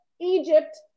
Egypt